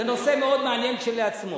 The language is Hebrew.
זה נושא מאוד מעניין כשלעצמו.